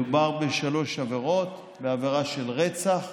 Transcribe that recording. מדובר בשלוש עבירות: בעבירה של רצח,